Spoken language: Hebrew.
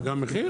מה, גם מחיר?